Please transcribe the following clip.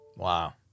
Wow